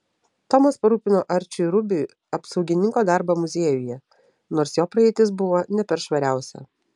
tomas parūpino arčiui rubiui apsaugininko darbą muziejuje nors jo praeitis buvo ne per švariausia